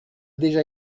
déjà